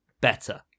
better